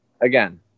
again